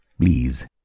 Please